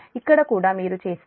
ఇక్కడ కూడా మీరు చేస్తే